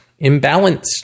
imbalanced